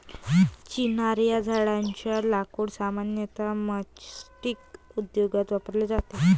चिनार या झाडेच्या लाकूड सामान्यतः मैचस्टीक उद्योगात वापरले जाते